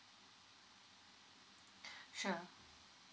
sure